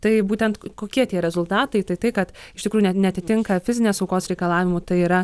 tai būtent kokie tie rezultatai tai tai kad iš tikrųjų net neatitinka fizinės saugos reikalavimų tai yra